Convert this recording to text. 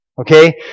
Okay